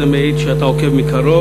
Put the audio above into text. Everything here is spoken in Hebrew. זה מעיד שאתה עוקב מקרוב.